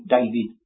David